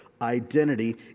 identity